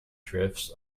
drifts